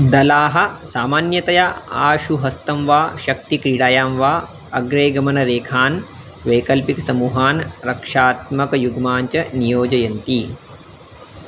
दलाः सामान्यतया आशुहस्तं वा शक्तिक्रीडायां वा अग्रेगमनरेखान् वैकल्पिकसमूहान् रक्षात्मकयुग्मन्ञ्च नियोजयन्ति